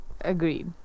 Agreed